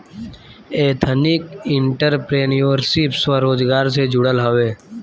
ethnic entrepreneurship स्वरोजगार से जुड़ल हवे